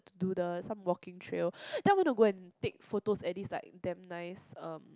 to do the some walking trail then I went to go and take photos at this like damn nice um